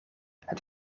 het